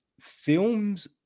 films